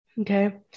Okay